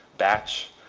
batch,